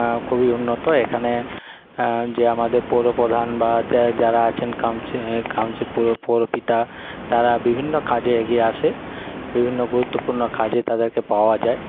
খুবই উন্নত এখানে যে আমাদের পৌরপ্রধান বা যারা আছেন কাউন্সি কাউন্সি পৌরপিতা তারা বিভিন্ন কাজে এগিয়ে আসে বিভিন্ন গুরুত্বপূর্ণ কাজে তাদেরকে পাওয়া যায়